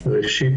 ראשית,